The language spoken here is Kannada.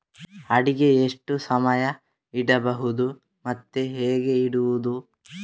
ಅಡಿಕೆ ಎಷ್ಟು ಸಮಯ ಇಡಬಹುದು ಮತ್ತೆ ಹೇಗೆ ಇಡುವುದು?